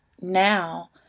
Now